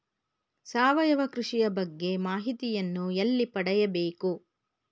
ಸಾವಯವ ಕೃಷಿಯ ಬಗ್ಗೆ ಮಾಹಿತಿಯನ್ನು ಎಲ್ಲಿ ಪಡೆಯಬೇಕು?